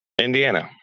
Indiana